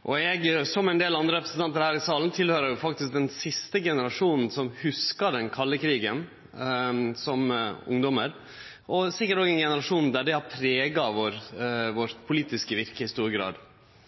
Og eg – som ein del andre representantar her i salen – høyrer jo faktisk til den siste generasjonen som hugsar den kalde krigen som ungdomar, og vi er sikkert òg ein generasjon der dette har prega vårt politiske virke i stor grad.